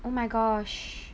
oh my gosh